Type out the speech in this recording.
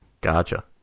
Gotcha